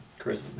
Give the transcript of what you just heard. Charisma